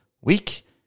Week